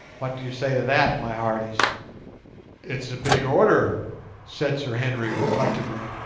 what do you say to that, my hearties it's a big order said sir henry, reflectively.